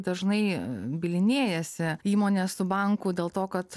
dažnai bylinėjasi įmonės bankų dėl to kad